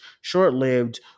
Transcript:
short-lived